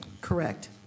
Correct